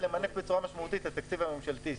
למנף בצורה משמעותית את התקציב הממשלתי.